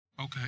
Okay